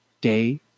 Day